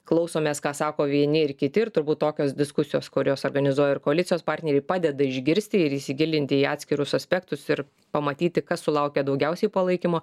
klausomės ką sako vieni ir kiti ir turbūt tokios diskusijos kurios organizuoja ir koalicijos partneriai padeda išgirsti ir įsigilinti į atskirus aspektus ir pamatyti kas sulaukia daugiausiai palaikymo